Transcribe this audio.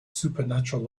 supernatural